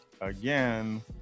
again